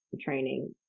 training